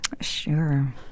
Sure